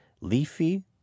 Leafy